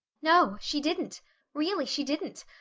no, she didn't really she didn't.